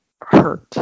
hurt